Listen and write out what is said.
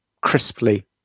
crisply